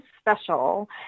special